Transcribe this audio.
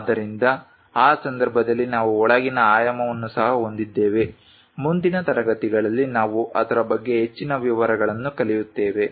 ಆದ್ದರಿಂದ ಆ ಸಂದರ್ಭದಲ್ಲಿ ನಾವು ಒಳಗಿನ ಆಯಾಮವನ್ನು ಸಹ ಹೊಂದಿದ್ದೇವೆ ಮುಂದಿನ ತರಗತಿಗಳಲ್ಲಿ ನಾವು ಅದರ ಬಗ್ಗೆ ಹೆಚ್ಚಿನ ವಿವರಗಳನ್ನು ಕಲಿಯುತ್ತೇವೆ